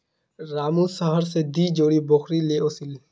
रामू शहर स दी जोड़ी बकरी ने ओसील